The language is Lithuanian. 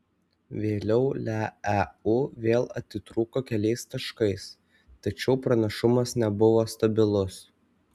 vėliau leu vėl atitrūko keliais taškais tačiau pranašumas nebuvo stabilus